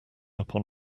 upon